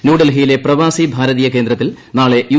ന്യൂഡൽഹിയിലെ പ്രവാസി ഭാരതീയ കേന്ദ്രത്തിൽ നാളെ യു